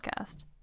Podcast